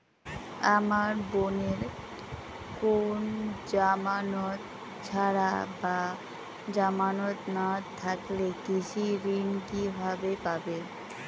আমার বোনের কোন জামানত ছাড়া বা জামানত না থাকলে কৃষি ঋণ কিভাবে পাবে?